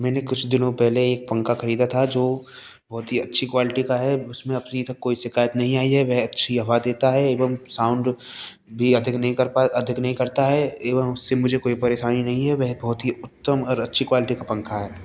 मैंने कुछ दिनों पहले एक पंखा खरीदा था जो बहुत ही अच्छी क्वालिटी का है उसमें अभी तक कोई शिकायत नहीं आई है वह अच्छी हवा देता है एवं साउंड भी अधिक नहीं कर पाए अधिक नहीं करता है एवं उससे मुझे कोई परेशानी नहीं है वह बहुत ही उत्तम और अच्छी क्वालिटी का पंखा है